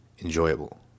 enjoyable